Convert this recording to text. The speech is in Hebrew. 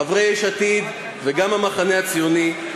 חברי יש עתיד וגם המחנה הציוני,